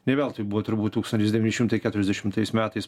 ne veltui buvo turbūt tūkstantis devyni šimtai keturiasdešimtais metais